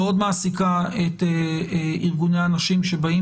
שמאוד מעסיקה את ארגוני הנשים שבאים